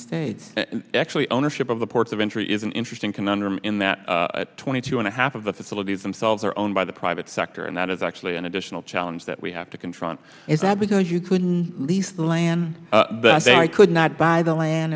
states actually ownership of the ports of entry is an interesting conundrum in that twenty two and a half of the facilities themselves are owned by the private sector and that is actually an additional challenge that we have to confront is that because you couldn't lease the land that they could not buy the land